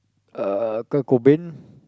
uh Kurt-Cobain